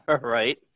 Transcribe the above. Right